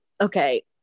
okay